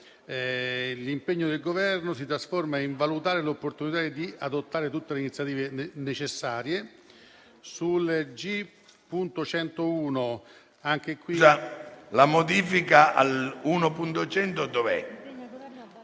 impegna il Governo: a valutare l'opportunità di adottare tutte le iniziative necessarie